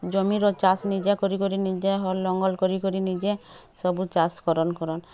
ଜମିର ଚାଷ୍ ନିଜେ କରି କରି ନିଜେ ହଲ୍ ଲଙ୍ଗଲ୍ କରି କରି ନିଜେ ସବୁ ଚାଷ୍ କରନ୍ କରନ୍